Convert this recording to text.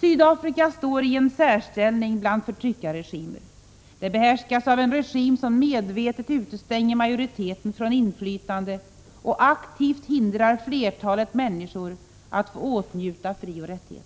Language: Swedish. Sydafrika står i en särställning bland förtryckarregimer. Det behärskas av en regim som medvetet utestänger majoriteten från inflytande och aktivt hindrar flertalet människor att åtnjuta frioch rättigheter.